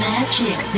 Magic